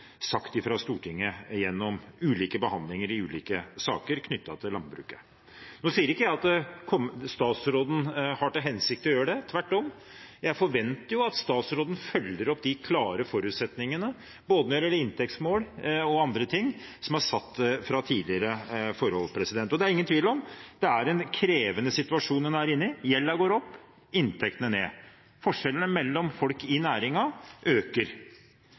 sagt fra Stortinget gjennom ulike behandlinger i ulike saker knyttet til landbruket. Nå sier jeg ikke at statsråden har til hensikt å gjøre det – tvert om. Jeg forventer jo at statsråden følger opp de klare forutsetningene, både når det gjelder inntektsmål og annet, som er satt tidligere. Det er ingen tvil om at det er en krevende situasjon en er i. Gjelden går opp og inntektene ned. Forskjellene mellom folk i næringen øker.